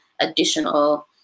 additional